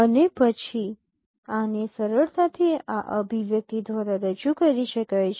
અને પછી આને સરળતાથી આ અભિવ્યક્તિ દ્વારા રજૂ કરી શકાય છે